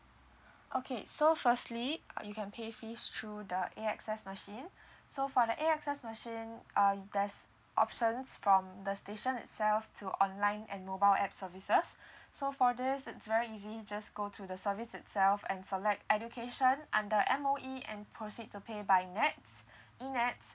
okay so firstly you can pay fees through the A_X_S machine so for A_X_S machine uh there's options from the station itself to online and mobile app services so for this it's very easy just go to the service itself and select education under M_O_E and proceed to pay by N_E_T_S E_N_E_T_S